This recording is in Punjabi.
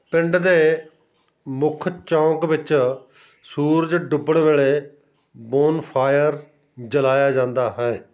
ਪਿੰਡ ਦੇ ਮੁੱਖ ਚੌਂਕ ਵਿੱਚ ਸੂਰਜ ਡੁੱਬਣ ਵੇਲੇ ਬੋਨਫਾਇਰ ਜਲਾਇਆ ਜਾਂਦਾ ਹੈ